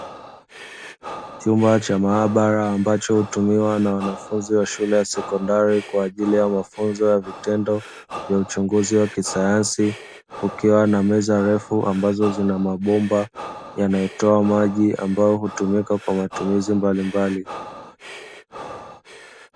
Chumba cha maabara, ambacho hutumiwa na wanafunzi wa shule ya sekondari kwa ajili ya mafunzo ya vitendo vya uchunguzi wa kisayansi, kukiwa na meza refu ambazo zina mabomba yanayotoa maji, ambayo hutumika kwa matumizi mbalimbali.